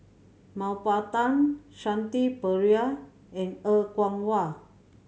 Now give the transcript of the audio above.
Mah Bow Tan Shanti Pereira and Er Kwong Wah